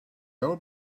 old